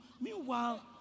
Meanwhile